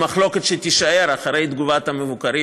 במחלוקת שתישאר אחרי תגובת המבוקרים,